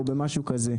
אכיפה, או במשהו כזה.